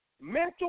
Mental